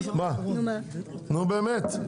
באמת.